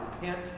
Repent